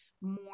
more